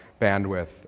bandwidth